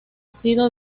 sido